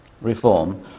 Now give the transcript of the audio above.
Reform